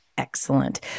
Excellent